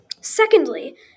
Secondly